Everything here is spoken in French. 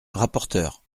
rapporteur